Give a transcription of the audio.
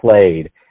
played